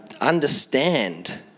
understand